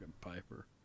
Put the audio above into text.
Piper